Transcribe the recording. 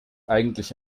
eigentlich